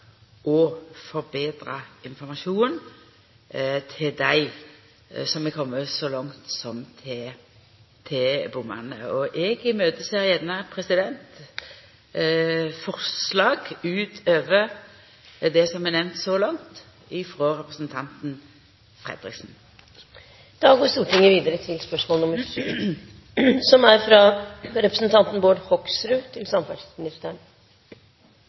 forbetra informasjonen til dei som er komne så langt som til bommane. Eg ser gjerne på forslag utover det som er nemnt så langt frå representanten Fredriksen. «En person fra Østfold har i tre år forsøkt å få godkjent fire amerikanske lastebiler. En av lastebilene har et chassisnummer som er